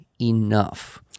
enough